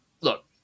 look